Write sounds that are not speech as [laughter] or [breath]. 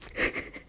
[breath]